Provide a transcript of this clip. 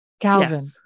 Calvin